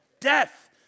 Death